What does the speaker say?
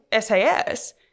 SAS